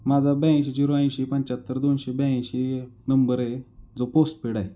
माझा ब्याऐंशी जिरो ऐंशी पंच्याहत्तर दोनशे ब्याऐंशी नंबर आहे जो पोस्टपेड आहे